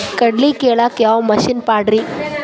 ಕಡ್ಲಿ ಕೇಳಾಕ ಯಾವ ಮಿಷನ್ ಪಾಡ್ರಿ?